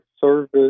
service